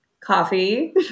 coffee